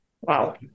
wow